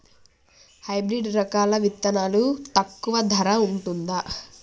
Hybrid రకాల విత్తనాలు తక్కువ ధర ఉంటుందా?